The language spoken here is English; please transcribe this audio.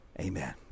Amen